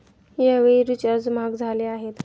यावेळी रिचार्ज महाग झाले आहेत